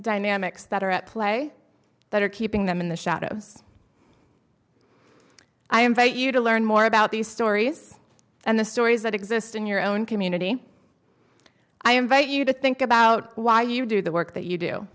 dynamics that are at play that are keeping them in the shadows i am vait you to learn more about these stories and the stories that exist in your own community i invite you to think about why you do the work that you do